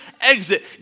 exit